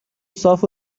صاف